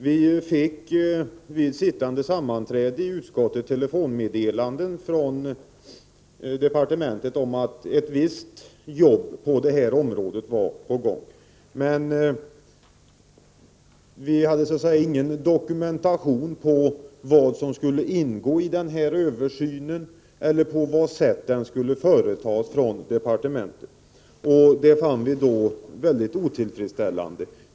Vi fick under pågående sammanträde i utskottet telefonmeddelande från departementet om att ett visst arbete på detta område var på gång. Men vi hade ingen dokumentation om vad som skulle ingå i översynen eller på vad sätt den skulle ske. Det fann vi otillfredsställande.